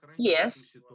Yes